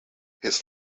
his